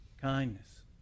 kindness